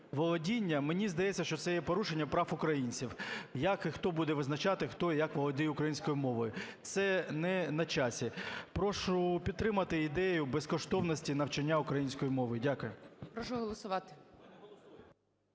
володіння, мені здається, що це є порушення прав українців. Як і хто буде визначати, хто як володіє українською мовою? Це не на часі. Прошу підтримати ідею безкоштовності навчання української мови. Дякую. ГОЛОВУЮЧИЙ. Прошу голосувати.